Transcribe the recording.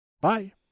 Bye